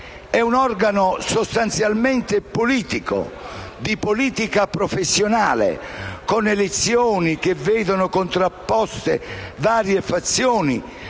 è un organo sostanzialmente politico, di politica professionale, con elezioni che vedono contrapposte varie fazioni